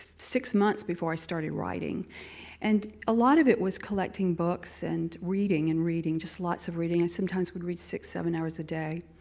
six months before i started writing and a lot of it was collecting books and reading and reading, just lots of reading. i sometimes would read six, seven hours a day.